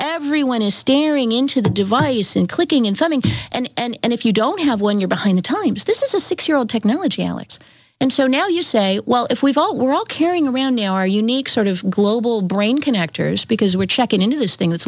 everyone is staring into the device and clicking in some ink and if you don't have one you're behind the times this is a six year old technology alex and so now you say well if we've all we're all carrying around our unique sort of global brain connectors because we're checking into this thing it